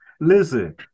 Listen